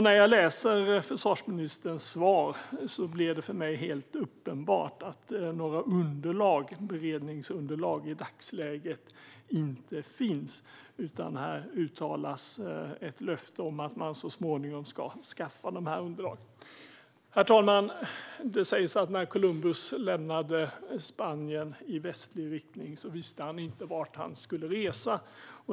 När jag hör försvarsministerns svar blir det för mig helt uppenbart att några beredningsunderlag i dagsläget inte finns, utan här uttalas ett löfte om att man så småningom ska skaffa dessa underlag. Herr talman! Det sägs att när Columbus lämnade Spanien i västlig riktning visste han inte vart han skulle resa.